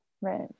Right